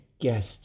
guest